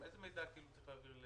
איזה מידע צריך להעביר?